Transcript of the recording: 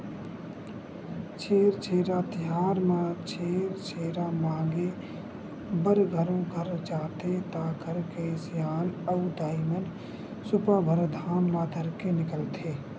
छेरछेरा तिहार म छेरछेरा मांगे बर घरो घर जाथे त घर के सियान अऊ दाईमन सुपा भर धान ल धरके निकलथे